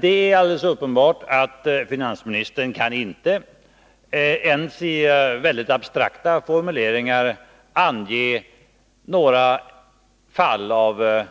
Det är alldeles uppenbart att finansministern inte kan ens i väldigt abstrakta formuleringar ange några fall av